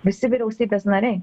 visi vyriausybės nariai